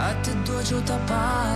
atiduočiau dabar